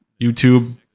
YouTube